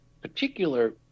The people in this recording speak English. particular